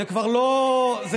זה כבר לא חודר.